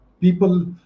people